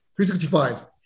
365